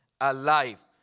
alive